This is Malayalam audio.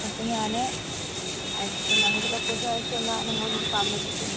അപ്പോള് ഞാന് ഞങ്ങളുടെ ലൊക്കേഷൻ അയച്ചുതന്നാല് നിങ്ങളങ്ങോട്ട് സാധനം എത്തിക്കുമോ